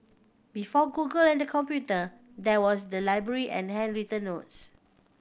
before Google and computer there was the library and handwritten notes